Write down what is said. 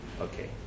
Okay